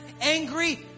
angry